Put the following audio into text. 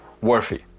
worthy